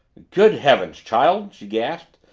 good heavens, child! she gasped.